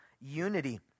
unity